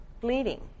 bleeding